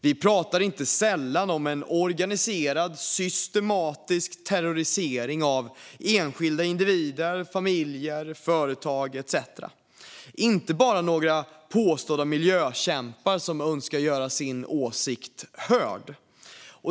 Vi pratar inte sällan om en organiserad, systematisk terrorisering av enskilda individer, familjer, företag etcetera. Det är inte bara några påstådda miljökämpar som önskar göra sin åsikt hörd.